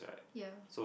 here